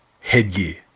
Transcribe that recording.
Headgear